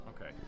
Okay